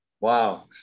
Wow